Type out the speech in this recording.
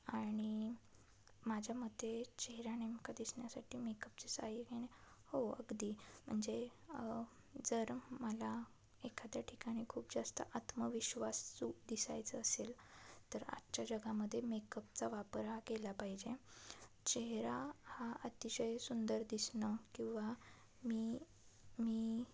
आणि माझ्या मते चेहरा नेमका दिसण्यासाठी मेकअपचे साहाय्य घेणे हो अगदी म्हणजे जर मला एखाद्या ठिकाणी खूप जास्त आत्मविश्वासू दिसायचं असेल तर आजच्या जगामध्ये मेकअपचा वापर हा केला पाहिजे चेहरा हा अतिशय सुंदर दिसणं किंवा मी मी